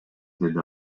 деди